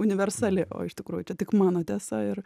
universali o iš tikrųjų tik mano tiesa ir